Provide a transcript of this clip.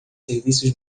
serviços